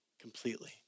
completely